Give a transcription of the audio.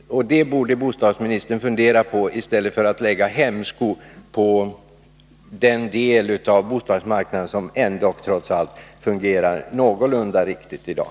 Det borde bostadsministern fundera på i stället för att lägga hämsko på den del av bostadsmarknaden som ändå fungerar någorlunda riktigt i dag.